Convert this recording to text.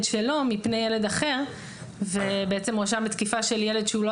שלו מפני ילד אחר ובעצם הואשם בתקיפה של ילד שהוא לא